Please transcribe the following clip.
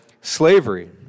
slavery